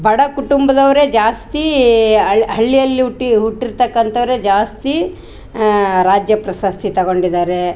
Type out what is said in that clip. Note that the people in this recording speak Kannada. ಬಡ ಕುಟುಂಬದವರೇ ಜಾಸ್ತಿ ಹಳ್ಳಿಯಲ್ಲಿ ಹುಟ್ಟಿ ಹುಟ್ಟಿರ್ತಕಂಥವ್ರೆ ಜಾಸ್ತಿ ರಾಜ್ಯಪ್ರಶಸ್ತಿ ತಗೊಂಡಿದ್ದಾರೆ